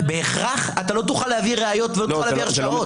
בהכרח אתה לא תוכל להביא ראיות ולא תוכל להביא הרשעות.